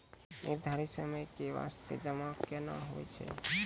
निर्धारित समय के बास्ते जमा केना होय छै?